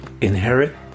inherit